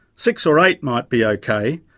six or eight might be okay,